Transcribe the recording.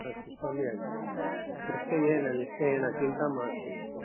अस्तु सम्यग् निश्चयेन निश्चयेन चिन्ता मास्तु